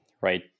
Right